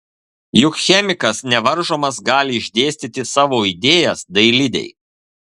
juk chemikas nevaržomas gali išdėstyti savo idėjas dailidei